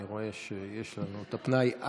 אני רואה שיש לנו את הפנאי.